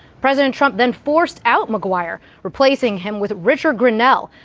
president trump then forced out mcguire, replacing him with richard grenell,